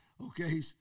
Okay